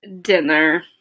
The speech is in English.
Dinner